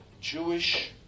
Jewish